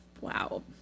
wow